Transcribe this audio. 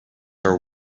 are